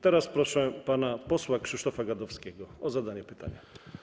Teraz proszę pana posła Krzysztofa Gadowskiego o zadanie pytania.